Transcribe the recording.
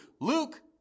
Luke